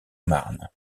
marne